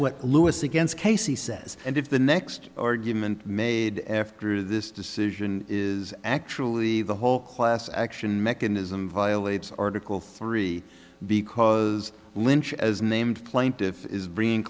what louis against casey says and if the next argument made after this decision is actually the whole class action mechanism violates article three because lynch as named plaintiff is bringing